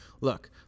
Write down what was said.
Look